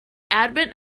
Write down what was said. advent